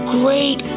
great